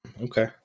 Okay